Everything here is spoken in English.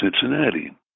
Cincinnati